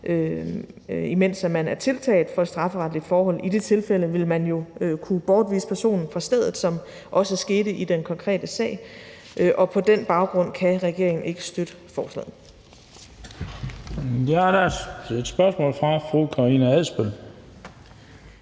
imens man er tiltalt for et strafferetligt forhold. I det tilfælde vil en ledelse jo kunne bortvise personen fra stedet, som det også skete i den konkrete sag. På den baggrund kan regeringen ikke støtte forslaget.